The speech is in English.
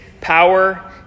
power